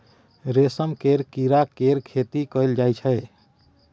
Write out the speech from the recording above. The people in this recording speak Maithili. रेशम केर कीड़ा केर खेती कएल जाई छै